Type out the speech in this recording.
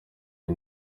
iyi